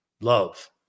love